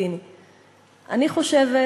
בסדר.